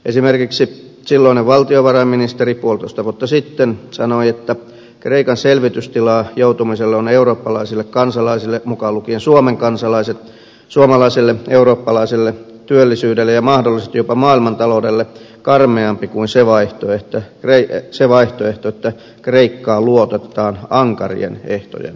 esimerkiksi silloinen valtiovarainministeri puolitoista vuotta sitten sanoi että kreikan selvitystilaan joutuminen on eurooppalaisille kansalaisille mukaan lukien suomen kansalaiset suomalaiselle eurooppalaiselle työllisyydelle ja mahdollisesti jopa maailmantaloudelle karmeampi kuin se vaihtoehto että kreikkaa luototetaan ankarien ehtojen myötä